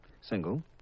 Single